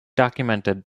documented